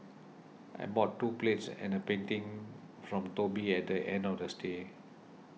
I bought two plates and a painting from Toby at the end of the stay